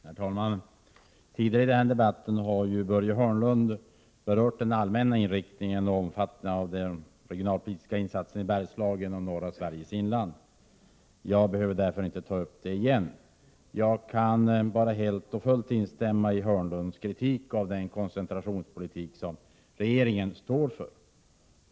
Herr talman! Tidigare i den här debatten har Börje Hörnlund berört den allmänna inriktningen och omfattningen av de regionalpolitiska insatserna i Bergslagen och i norra Sveriges inland. Jag behöver därför inte ta upp det igen. Jag kan bara helt och fullt instämma i Hörnlunds kritik av den koncentrationspolitik som regeringen står för.